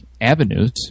avenues